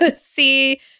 see